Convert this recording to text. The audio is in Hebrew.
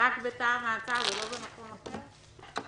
רק בתא המעצר ולא במקום אחר?